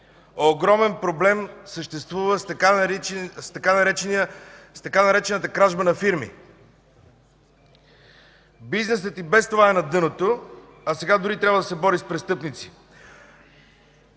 Огромен проблем съществува с така наречената „кражба на фирми”. Бизнесът и без това е на дъното, а сега дори трябва да се бори с престъпници,